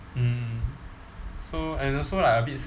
mm so and also like I a bit